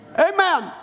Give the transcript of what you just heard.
Amen